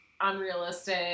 unrealistic